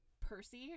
Percy